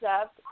up